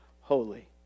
holy